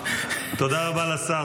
תודה רבה לשר.